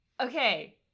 Okay